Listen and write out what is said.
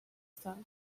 time